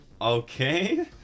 Okay